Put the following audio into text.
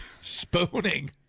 Spooning